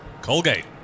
Colgate